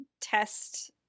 test